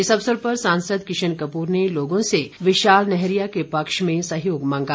इस अवसर पर सांसद किशन कपूर ने लोगों से विशाल नैहरिया के पक्ष में सहयोग मांगा